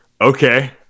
Okay